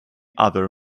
other